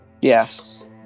Yes